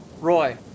Roy